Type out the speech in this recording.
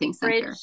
Bridge